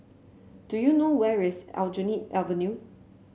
do you know where is Aljunied Avenue